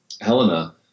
Helena